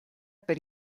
per